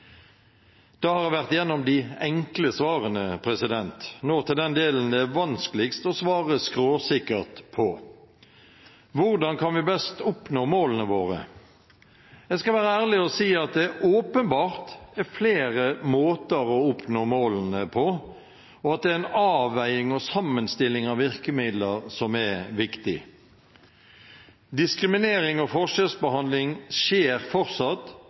har jeg vært igjennom de enkle svarene. Nå går jeg over til den delen det er vanskeligst å svare skråsikkert på: Hvordan kan vi best oppnå målene våre? Jeg skal være ærlig og si at det åpenbart er flere måter å oppnå målene på, og at det er en avveining og en sammenstilling av virkemidler som er viktig. Diskriminering og forskjellsbehandling skjer fortsatt